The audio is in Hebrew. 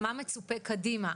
מצופה קדימה?